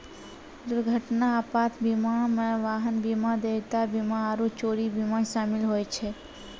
दुर्घटना आपात बीमा मे वाहन बीमा, देयता बीमा आरु चोरी बीमा शामिल होय छै